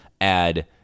add